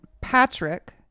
Patrick